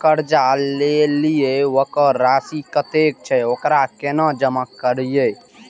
कर्जा लेलिए वकर राशि कतेक छे वकरा केना जमा करिए?